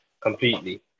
completely